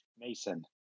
Mason